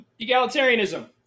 egalitarianism